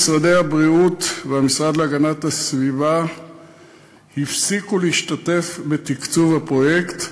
משרד הבריאות והמשרד להגנת הסביבה הפסיקו להשתתף בתקצוב הפרויקט.